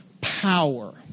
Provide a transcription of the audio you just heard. power